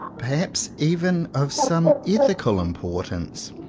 perhaps even of some ethi cal importance,